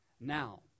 Now